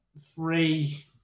Three